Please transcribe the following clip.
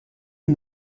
این